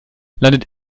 landet